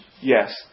Yes